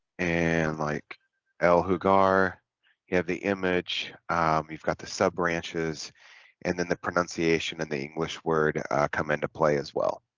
and like el hogar you have the image you've got the sub-branches and then the pronunciation and the english word come into play as well